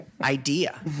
Idea